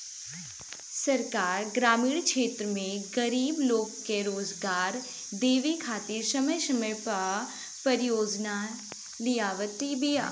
सरकार ग्रामीण क्षेत्र में गरीब लोग के रोजगार देवे खातिर समय समय पअ परियोजना लियावत बिया